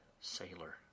sailor